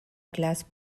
glace